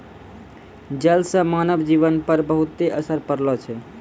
जल से मानव जीवन पर बहुते असर पड़लो छै